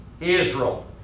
Israel